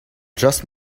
just